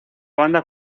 banda